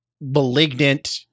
malignant